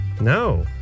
No